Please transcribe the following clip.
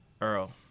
Earl